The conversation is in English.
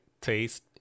taste